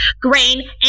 grain